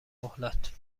مهلت